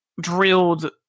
drilled